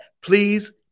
please